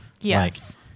Yes